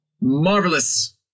Marvelous